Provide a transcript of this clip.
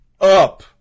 up